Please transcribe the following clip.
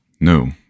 No